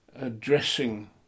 addressing